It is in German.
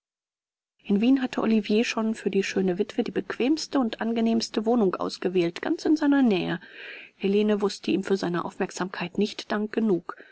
in wien hatte olivier schon für die schöne witwe die bequemste und angenehmste wohnung ausgewählt ganz in seiner nähe helene wußte ihm für seine aufmerksamkeit nicht dank genug